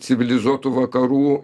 civilizuotų vakarų